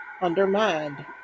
undermined